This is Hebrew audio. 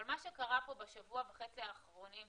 אבל מה שקרה פה בשבוע וחצי האחרונים,